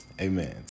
Amen